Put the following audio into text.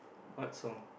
what song